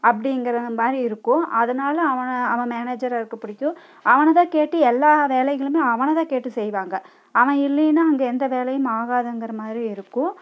அப்படிங்குற மாதிரி இருக்கும் அதனால அவனை அவன் மேனேஜராக இருக்க பிடிக்கும் அவனைதான் கேட்டு எல்லாம் வேலைகளுமே அவனைதான் கேட்டு செய்வாங்க அவன் இல்லைன்னா இங்கே எந்த வேலையும் ஆகாதுங்குற மாதிரி இருக்கும்